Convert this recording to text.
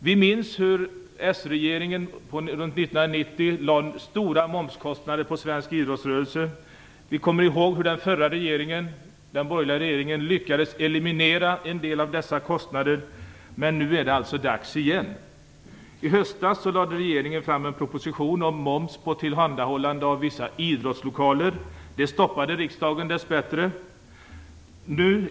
Vi minns att s-regeringen runt 1990 lade stora momskostnader på svensk idrottsrörelse. Vi kommer ihåg att den förra regeringen, den borgerliga, lyckades eliminera en del av dessa kostnader. Men nu är det alltså dags igen. I höstas lade regeringen fram en proposition om moms på tillhandahållande av vissa idrottslokaler. Det stoppade riksdagen dess bättre.